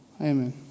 Amen